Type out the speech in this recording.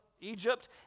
Egypt